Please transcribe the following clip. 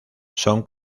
son